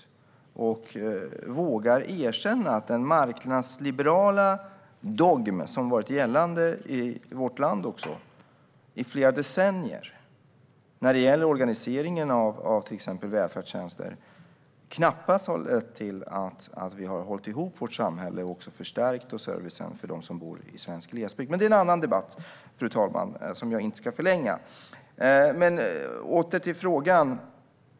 De måste våga erkänna att den marknadsliberala dogm som gällt i vårt land i flera decennier beträffande organiseringen av exempelvis välfärdstjänster knappast har lett till att vi har hållit ihop samhället och förstärkt servicen för dem som bor i svensk glesbygd. Det är dock en annan debatt, och jag ska inte förlänga denna. Låt mig återgå till frågan.